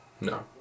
No